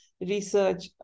research